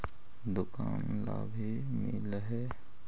दुकान ला भी मिलहै?